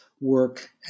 work